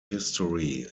history